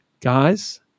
Guys